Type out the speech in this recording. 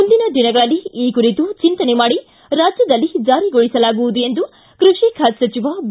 ಮುಂದಿನ ದಿನಗಳಲ್ಲಿ ಈ ಕುರಿತು ಚಂತನೆ ಮಾಡಿ ರಾಜ್ಜದಲ್ಲಿ ಜಾರಿಗೊಳಿಸಲಾಗುವುದು ಎಂದು ಕೃಷಿ ಖಾತೆ ಸಚಿವ ಬಿ